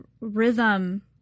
rhythm